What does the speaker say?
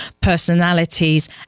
personalities